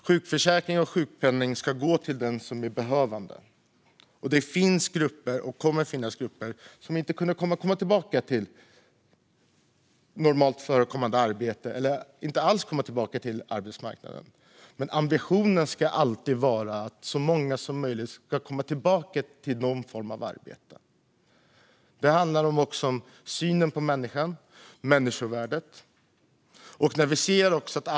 Sjukförsäkring och sjukpenning ska gå till den som är behövande, och det finns och kommer att finnas grupper som inte kommer att kunna komma tillbaka till normalt förekommande arbete eller till arbetsmarknaden över huvud taget. Men ambitionen ska vara att så många som möjligt ska komma tillbaka till någon form av arbete. Det handlar om synen på människan och på människovärdet.